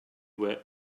were